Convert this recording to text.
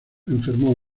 enfermó